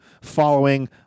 following